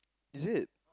is it